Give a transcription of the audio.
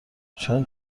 چون